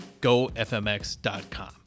GoFMX.com